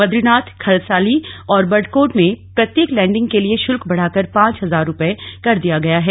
बद्रीनाथ खरसाली और बडकोट में प्रत्येक लैंडिंग के लिए शुल्क बढ़ाकर पांच हजार रूपये कर दिया गया है